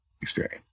experience